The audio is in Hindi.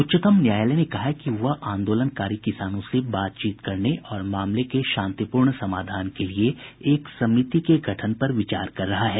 उच्चतम न्यायालय ने कहा है कि वह आंदोलनकारी किसानों से बातचीत करने और मामले के शांतिपूर्ण समाधान के लिए एक समिति के गठन पर विचार रहा है